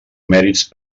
mèrits